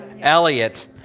Elliot